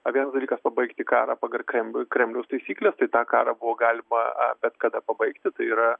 vienas dalykas pabaigti karą pagal krem kremliaus taisykles tai tą karą buvo galima bet kada pabaigti tai yra